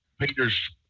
Peter's